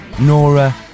Nora